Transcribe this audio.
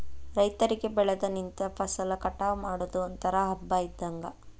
ರೈತರಿಗೆ ಬೆಳದ ನಿಂತ ಫಸಲ ಕಟಾವ ಮಾಡುದು ಒಂತರಾ ಹಬ್ಬಾ ಇದ್ದಂಗ